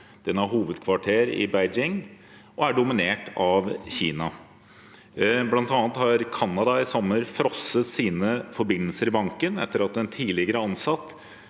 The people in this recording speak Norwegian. Den har hovedkvarter i Beijing og er dominert av Kina. Blant annet har Canada i sommer frosset sine forbindelser i banken etter at en tidligere ansatt